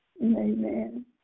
Amen